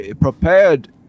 prepared